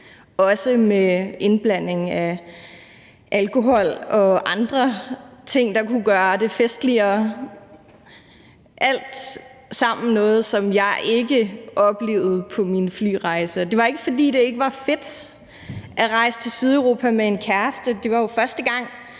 også med indblanding af alkohol og andre ting, der kunne gøre det festligere. Det var alt sammen noget, som jeg ikke oplevede på min flyrejse. Det er ikke, fordi det ikke var fedt at rejse til Sydeuropa med en kæreste – det var jo første gang,